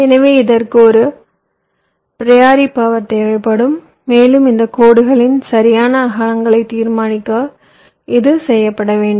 எனவே இதற்கு ஒரு ப்ரியோரி சக்தி தேவைப்படும் மேலும் இந்த கோடுகளின் சரியான அகலங்களை தீர்மானிக்க இது செய்யப்பட வேண்டும்